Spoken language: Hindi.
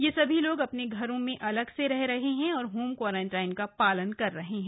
ये सभी लोग अपने घरों में अलग से रह रहे हैं और होम क्वारेन्टाइन का पालन कर रहे हैं